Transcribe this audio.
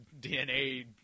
DNA